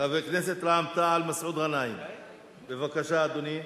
חבר הכנסת מסעוד גנאים, רע"ם-תע"ל, בבקשה, אדוני.